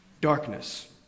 darkness